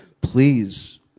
please